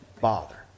bother